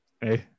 Hey